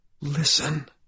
Listen